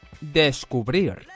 Descubrir